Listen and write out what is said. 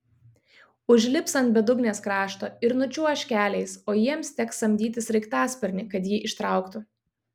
užlips ant bedugnės krašto ir nučiuoš keliais o jiems teks samdyti sraigtasparnį kad jį ištrauktų